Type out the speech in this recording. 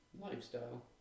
lifestyle